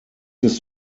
ist